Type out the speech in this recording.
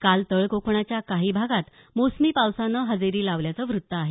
काल तळकोकणाच्या काही भागात मोसमी पावसानं हजेरी लावल्याचं वृत्त आहे